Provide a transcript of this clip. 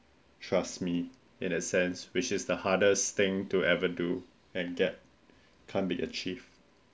trust me in the sense which is the hardest thing to ever do and get can't be achieved